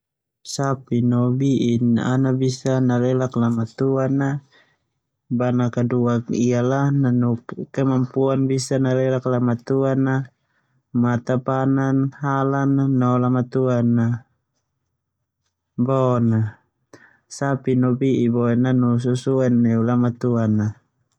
Sapi no bi'i ana bisa nalelak lamatuan na. Bana kaduak ia la nanu kemampuan nalelak lamatuan a mata panan, halan na no lamatuan a bon. Sapi no bi'i boe nanu susen neu lamatuan a.